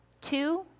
Two